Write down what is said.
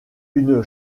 une